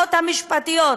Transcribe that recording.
לערכאות המשפטיות.